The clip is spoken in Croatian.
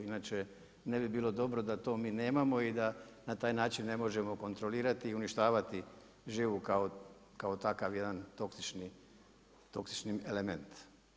Inače ne bi bilo dobro da to mi nemamo i da na taj način ne možemo kontrolirati i uništavati živu kao takav jedan toksični element.